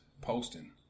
posting